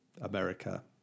America